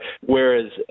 whereas